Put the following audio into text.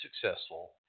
successful